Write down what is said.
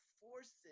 forces